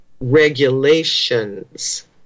regulations